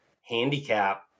handicap